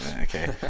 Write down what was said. okay